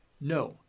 No